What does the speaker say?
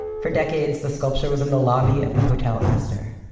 for decades the sculpture was in the lobby of the hotel astor.